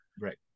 Right